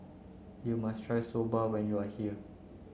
you must try Soba when you are here